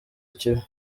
kibi